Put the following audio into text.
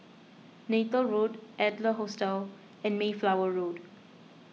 Neythal Road Adler Hostel and Mayflower Road